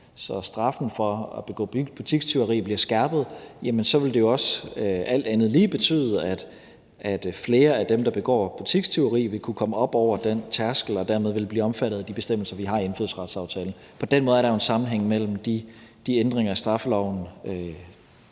at straffen for at begå butikstyveri bliver skærpet, jamen så vil det alt andet lige også betyde, at flere af dem, der begår butikstyveri, vil kunne komme op over den tærskel og dermed blive omfattet af de bestemmelser, vi har i indfødsretsaftalen. På den måde er der jo en sammenhæng mellem de ændringer i straffeloven,